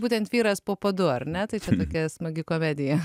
būtent vyras po padu ar ne taip tokia smagi komedija